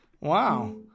Wow